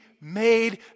made